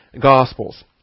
Gospels